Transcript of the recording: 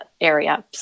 area